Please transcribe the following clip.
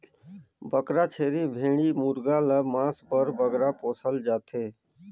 बोकरा, छेरी, भेंड़ी मुरगा ल मांस बर बगरा पोसल जाथे